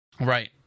Right